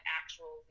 actual